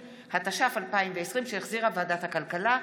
(תיקון), התש"ף 2020, שהחזירה ועדת הכלכלה.